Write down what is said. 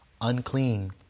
unclean